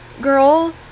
girl